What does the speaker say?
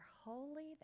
holy